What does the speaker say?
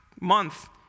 month